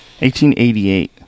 1888